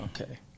Okay